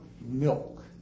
milk